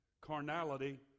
carnality